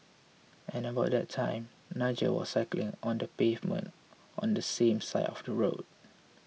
at about that time Nigel was cycling on the pavement on the same side of the road